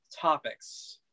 topics